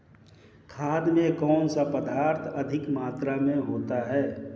खाद में कौन सा पदार्थ अधिक मात्रा में होता है?